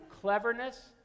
cleverness